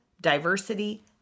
diversity